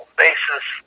basis